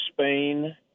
Spain